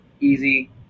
easy